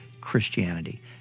Christianity